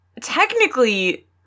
technically